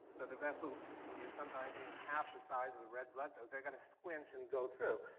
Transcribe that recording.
the the vessel is sometimes even half the size of the red blood cells. they're going to squinch and go through.